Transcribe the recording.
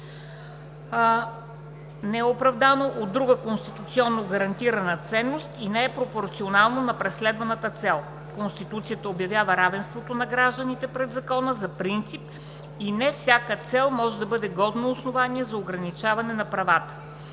не е оправдано от друга конституционно гарантирана ценност и не е пропорционално на преследваната цел, Конституцията обявява равенството на гражданите пред закона за принцип и не всяка цел може да бъде годно основание за ограничаване на права.